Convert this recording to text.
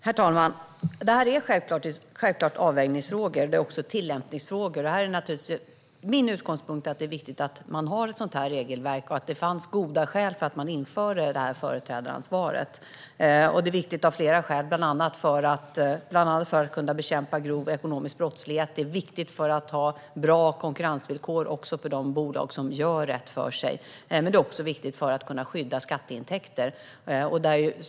Herr talman! Det här är självklart avvägningsfrågor, och det är också tillämpningsfrågor. Min utgångspunkt är att det är viktigt att man har ett sådant här regelverk och att det fanns goda skäl till att man införde företrädaransvaret. Det är viktigt av flera skäl, bland annat för att kunna bekämpa grov ekonomisk brottslighet och för att ha bra konkurrensvillkor också för de bolag som gör rätt för sig. Det handlar även om att skydda skatteintäkter.